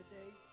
today